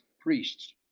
priests